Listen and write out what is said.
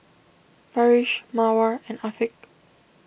Farish Mawar and Afiq